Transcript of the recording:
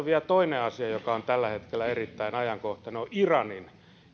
vielä toinen asia joka on tällä hetkellä erittäin ajankohtainen iranin